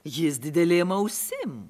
jis didelėm ausim